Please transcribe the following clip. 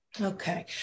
Okay